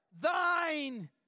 thine